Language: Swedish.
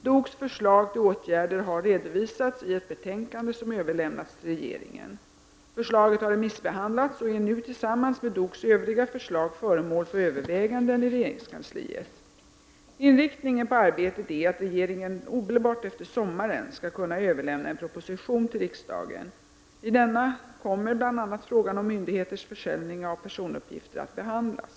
DOKSs förslag till åtgärder har redovisats i ett betänkande som överlämnats till regeringen. Förslaget har remissbehandlats och är nu tillsammans med DOKS övriga förslag föremål för överväganden i regeringskansliet. Inriktningen på arbetet är att regeringen omedelbart efter sommaren skall kunna överlämna en proposition till riksdagen. I denna kommer bl.a. frågan om myndigheters försäljning av personuppgifter att behandlas.